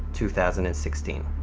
two thousand and sixteen.